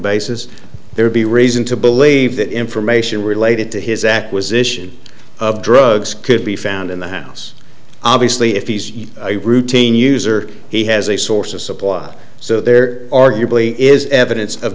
basis there be reason to believe that information related to his acquisition of drugs could be found in the house obviously if he's a routine user he has a source of supply so there arguably is evidence of